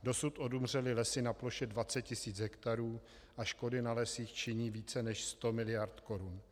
Dosud odumřely lesy na ploše 20 tisíc hektarů a škody na lesích činí více než 100 miliard korun.